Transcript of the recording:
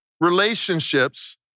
relationships